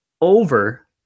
over